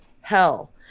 hell